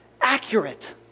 accurate